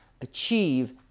achieve